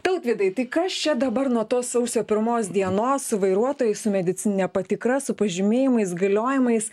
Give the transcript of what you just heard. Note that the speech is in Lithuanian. tautvydai tai kas čia dabar nuo tos sausio pirmos dienos su vairuotojais su medicinine patikra su pažymėjimais galiojimais